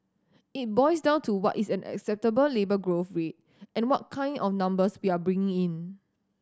it boils down to what is an acceptable labour growth read and what kind of numbers we are bring in